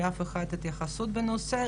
התייחסות לנושא.